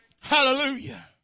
Hallelujah